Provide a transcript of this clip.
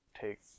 take